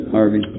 Harvey